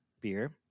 beer